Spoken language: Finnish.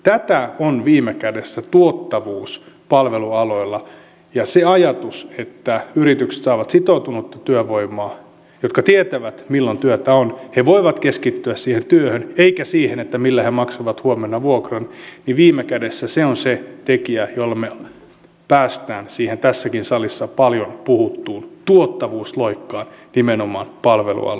tätä on viime kädessä tuottavuus palvelualoilla ja se ajatus että yritykset saavat sitoutunutta työvoimaa joka tietää milloin työtä on joka voi keskittyä siihen työhön eikä siihen millä he maksavat huomenna vuokran viime kädessä on se tekijä jolla me pääsemme siihen tässäkin salissa paljon puhuttuun tuottavuusloikkaan nimenomaan palvelualoilla